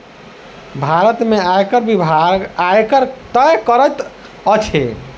भारत में आयकर विभाग, आयकर तय करैत अछि